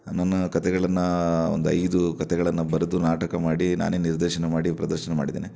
ನನ್ನ ಕಥೆಗಳ ಒಂದು ಐದು ಕಥೆಗಳನ್ನು ಬರೆದು ನಾಟಕ ಮಾಡಿ ನಾನೇ ನಿರ್ದೇಶನ ಮಾಡಿ ಪ್ರದರ್ಶನ ಮಾಡಿದ್ದೇನೆ